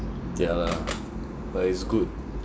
ya lah but it's good